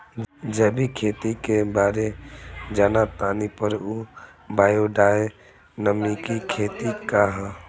जैविक खेती के बारे जान तानी पर उ बायोडायनमिक खेती का ह?